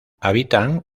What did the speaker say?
habitan